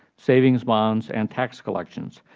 savings bonds, and tax collections.